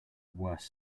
worse